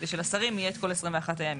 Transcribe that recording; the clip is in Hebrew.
כדי שלשרים יהיה את כל 21 הימים.